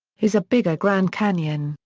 his a bigger grand canyon,